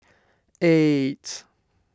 eight